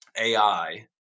AI